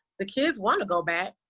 the kids want to go back.